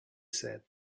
said